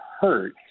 hurt